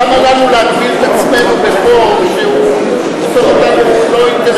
למה לנו להגביל את עצמנו בחוק שהופך אותנו לא אינטליגנטים?